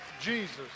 Jesus